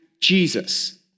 Jesus